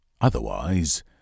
Otherwise